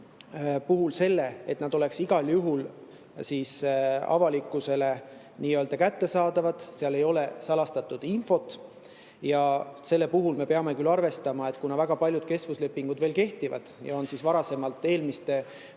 puhul üle selle, et nad oleks igal juhul avalikkusele nii-öelda kättesaadavad, et seal ei oleks salastatud infot. Ja selle puhul me peame küll arvestama, et kuna väga paljud kestvuslepingud veel kehtivad ja on varasemalt eelmiste